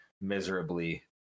miserably